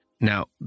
Now